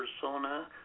persona